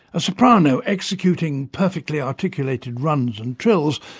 a soprano executing perfectly articulated runs and trills,